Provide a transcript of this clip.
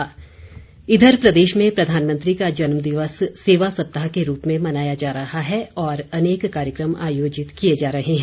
बधाई इधर प्रदेश में प्रधानमंत्री का जन्मदिवस सेवा सप्ताह के रूप में मनाया जा रहा है और अनेक कार्यक्रम आयोजित किए जा रहे हैं